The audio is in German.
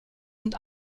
und